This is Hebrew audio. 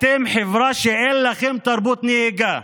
אתם חברה שאין לה תרבות נהיגה,